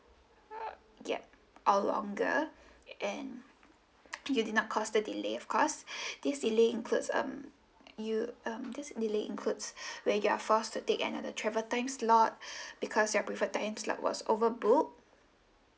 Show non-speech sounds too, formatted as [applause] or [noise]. err yup or longer and you did not cause the delay of course [breath] this delay includes um you um this delay includes [breath] where you're forced to take another travel timeslot [breath] because your preferred timeslot was overbooked